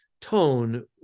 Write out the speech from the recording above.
tone